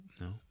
no